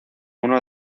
uno